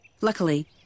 Luckily